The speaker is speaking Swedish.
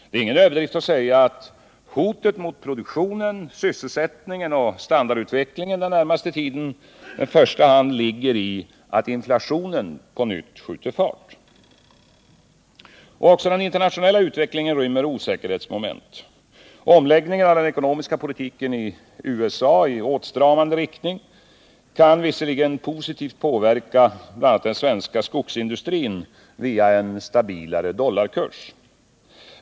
Det är ingen överdrift att säga att hotet mot produktionen, sysselsättningen och standardutvecklingen den närmaste tiden i första hand ligger i att inflationen på nytt skjuter fart. Även den internationella utvecklingen rymmer osäkerhetsmoment. Omläggningen av den ekonomiska politiken i USA i åtstramande riktning kan visserligen positivt påverka bl.a. den svenska skogsindustrin via en stabilare dollarkurs.